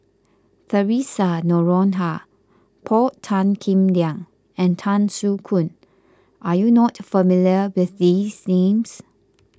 theresa Noronha Paul Tan Kim Liang and Tan Soo Khoon are you not familiar with these names